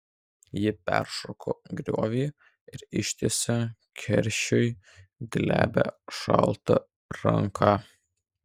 ji peršoko griovį ir ištiesė keršiui glebią šaltą ranką